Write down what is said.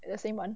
the same [one]